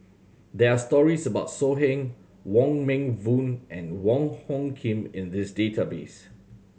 there are stories about So Heng Wong Meng Voon and Wong Hung Khim in these database